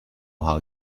how